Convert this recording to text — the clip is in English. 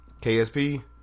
KSP